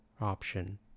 option